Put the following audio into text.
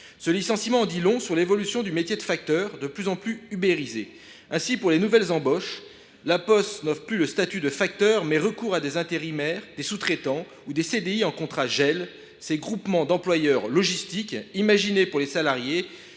Ce licenciement en dit long sur l’évolution du métier de facteur, de plus en plus ubérisé. Ainsi, pour les nouvelles embauches, La Poste n’offre plus le statut de facteur, mais recourt à des intérimaires, des sous traitants ou des CDI en contrats « groupements d’employeurs logistiques » (GEL). Ces contrats